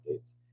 updates